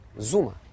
Zuma